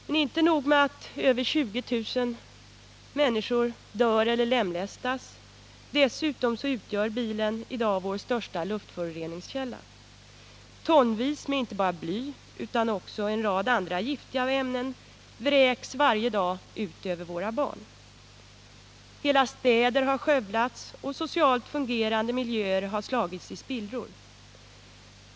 Men inte nog med att över 20 000 människor dör eller lemlästas — dessutom utgör bilen i dag vår största luftföroreningskälla. Tonvis av inte bara bly utan också en rad andra giftiga ämnen vräks varje dag ut över våra barn. Hela städer har skövlats och socialt fungerande miljöer har slagits i spillror.